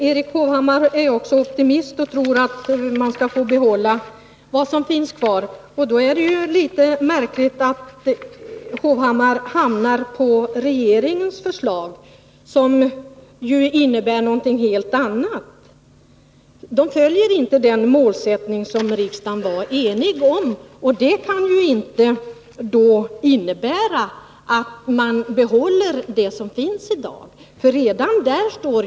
Erik Hovhammar är också optimist och tror att man skall kunna behålla vad som finns kvar — då är det litet märkligt att Erik Hovhammar hamnar på regeringens linje, som innebär någonting helt annat. Regeringen följer inte den målsättning som riksdagen tidigare varit enig om. Ett bifall till regeringens förslag nu kan alltså inte innebära att man behåller den omfattning på glasindustrin som denna har i dag.